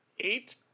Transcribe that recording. eight